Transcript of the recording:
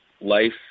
life